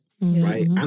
Right